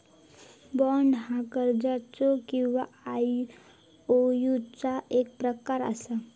bond ह्यो कर्जाचो किंवा आयओयूचो एक प्रकार असा